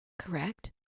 correct